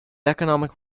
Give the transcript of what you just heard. economic